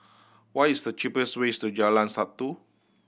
what is the cheap ways to Jalan Satu